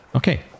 Okay